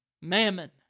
Mammon